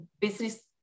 business